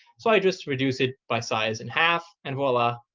so i just reduce it by size and half. and voila,